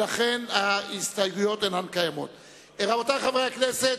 לסעיף 11,